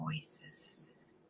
voices